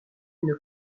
une